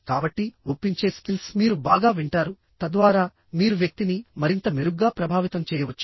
కాబట్టి ఒప్పించే స్కిల్స్ మీరు బాగా వింటారు తద్వారా మీరు వ్యక్తిని మరింత మెరుగ్గా ప్రభావితం చేయవచ్చు